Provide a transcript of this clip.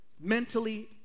mentally